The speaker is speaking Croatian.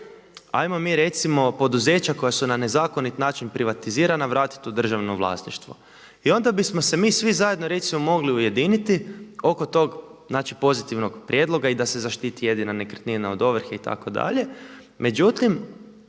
'ajmo mi recimo poduzeća koja su na nezakonit način privatizirana vratiti u državno vlasništvo. I onda bismo se mi svi zajedno recimo mogli ujediniti oko tog, znači pozitivnog prijedloga i da se zaštiti jedina nekretnina od ovrhe itd.. Međutim,